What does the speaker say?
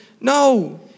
no